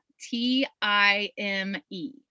T-I-M-E